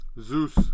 Zeus